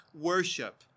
worship